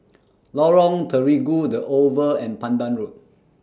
Lorong Terigu The Oval and Pandan Road